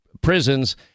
prisons